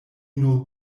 nur